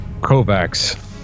Kovacs